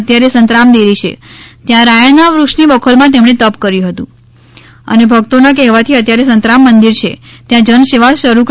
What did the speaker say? પીપલગ ગામે અત્યારે સંતરામ દેરી છે ત્યાં રાયણના વૃક્ષની બખોલમાં તેમણે તપ કર્યું હતું અને ભક્તોના કહેવાથી અત્યારે સંતરામ મંદિર છે ત્યાં જન સેવા શરૂ કરી